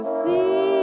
see